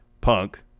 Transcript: Punk